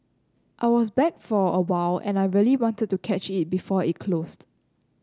I was back for a while and I really wanted to catch it before it closed